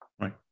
Right